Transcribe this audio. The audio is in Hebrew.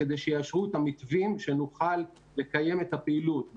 כדי שיאשרו את המתווים ונוכל לקיים את הפעילות.